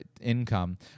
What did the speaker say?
income